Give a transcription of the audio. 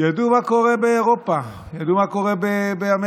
ידעו מה קורה באירופה, ידעו מה קורה באמריקה